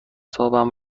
تاپم